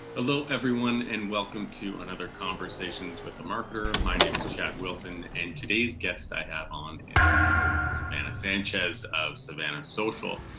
ah everyone and welcome to another conversations with a marketer. my name is chad wilton and today's guest i have on is none other than savannah sanchez of savannah social.